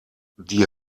die